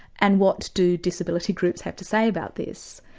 and what do disability groups have to say about this.